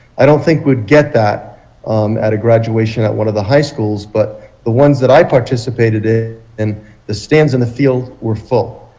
i don't think we would get that um at a graduation at one of the high schools but the ones that i participated in ah and the stands in the field were full.